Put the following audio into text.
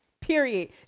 Period